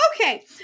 okay